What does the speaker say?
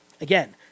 again